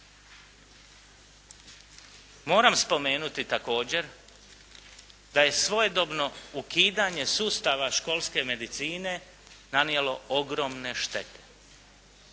Moram spomenuti, također da je svojedobno ukidanje sustava školske medicine nanijelo ogromne štete.